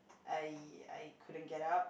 I I couldn't get up